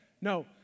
No